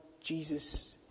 Jesus